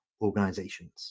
organizations